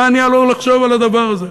מה אני עלול לחשוב על הדבר הזה?